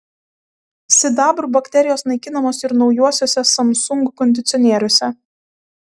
sidabru bakterijos naikinamos ir naujuosiuose samsung kondicionieriuose